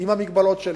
עם המגבלות שלי.